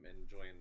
enjoying